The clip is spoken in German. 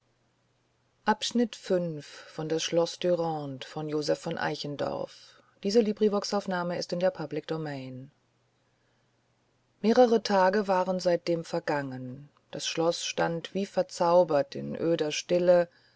mehrere tage waren seitdem vergangen das schloß stand wie verzaubert in öder stille